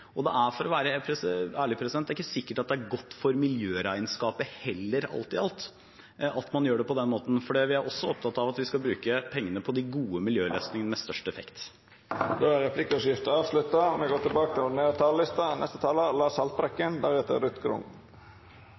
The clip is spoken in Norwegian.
For å være ærlig: Det er ikke sikkert at det er godt for miljøregnskapet heller, alt i alt, at man gjør det på den måten, for vi er også opptatt av at vi skal bruke pengene på de gode miljøløsningene med størst effekt. Replikkordskiftet er avslutta. Dei talarane som heretter får ordet, har òg ei taletid på inntil 3 minutt. Som vi